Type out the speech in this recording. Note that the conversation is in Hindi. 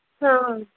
हाँ